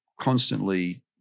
constantly